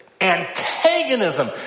antagonism